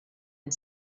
and